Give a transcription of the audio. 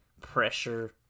pressure